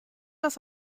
das